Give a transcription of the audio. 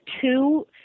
two